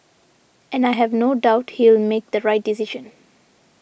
and I have no doubt he'll make the right decision